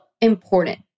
important